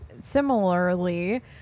similarly